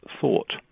thought